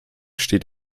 steht